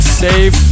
safe